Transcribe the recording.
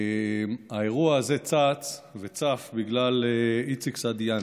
והאירוע הזה צץ וצף בגלל איציק סעידיאן.